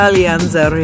Alianza